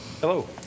Hello